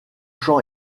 champ